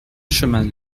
chemin